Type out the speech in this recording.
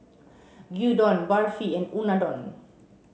Gyudon Barfi and Unadon